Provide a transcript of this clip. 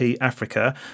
Africa